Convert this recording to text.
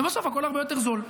ובסוף הכול הרבה יותר זול.